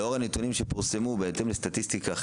לאור הנתונים שפורסמו בהתאם לסטטיסטיקה,